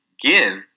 give